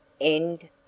End